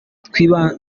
twibaza